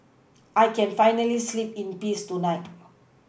I can finally sleep in peace tonight